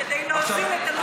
לא, לא.